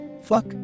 fuck